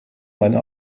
meine